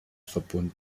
verbunden